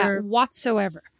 whatsoever